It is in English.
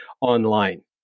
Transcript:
online